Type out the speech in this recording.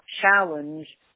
challenge